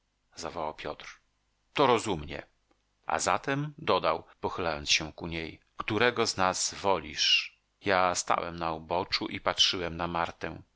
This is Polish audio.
zawołał piotr to rozumnie a zatem dodał pochylając się ku niej którego z nas wolisz ja stałem na uboczu i patrzyłem na martę